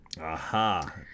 Aha